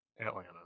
Atlanta